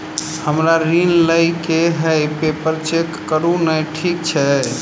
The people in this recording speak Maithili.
हमरा ऋण लई केँ हय पेपर चेक करू नै ठीक छई?